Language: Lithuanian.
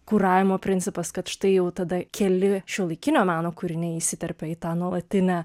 kuravimo principas kad štai jau tada keli šiuolaikinio meno kūriniai įsiterpia į tą nuolatinę